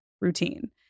routine